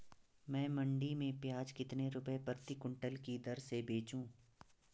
मैं मंडी में प्याज कितने रुपये प्रति क्विंटल की दर से बेचूं?